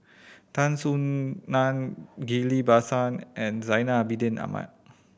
Tan Soo Nan Ghillie Basan and Zainal Abidin Ahmad